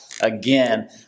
again